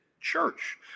church